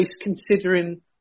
considering